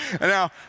now